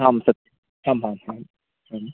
आम् सत्यम् आम् आम् आम् आम्